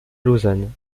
lausanne